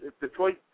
Detroit